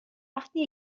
وقتی